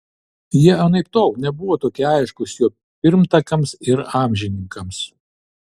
jie anaiptol nebuvo tokie aiškūs jo pirmtakams ir amžininkams